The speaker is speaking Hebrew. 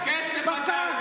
--- אתה אדם מושחת.